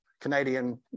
Canadian